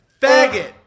faggot